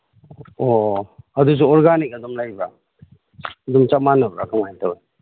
ꯑꯣ ꯑꯣ ꯑꯣ ꯑꯗꯨꯁꯨ ꯑꯣꯔꯒꯥꯅꯤꯛ ꯑꯗꯨꯝ ꯂꯩꯕ꯭ꯔꯥ ꯑꯗꯨꯝ ꯆꯞ ꯃꯥꯅꯕ꯭ꯔꯥ ꯀꯃꯥꯏꯅ ꯇꯧꯋꯤ